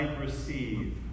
receive